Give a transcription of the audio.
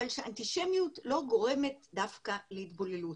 אבל שאנטישמיות לא גורמת דווקא להתבוללות.